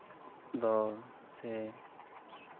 ᱫᱚ ᱥᱮ